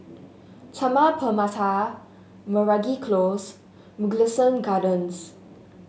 Taman Permata Meragi Close and Mugliston Gardens